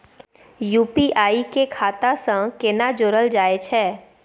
UPI के खाता सं केना जोरल जाए छै?